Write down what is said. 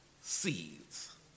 seeds